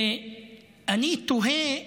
אני תוהה,